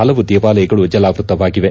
ಪಲವು ದೇವಾಲಯಗಳು ಜಲಾವೃತವಾಗಿವೆ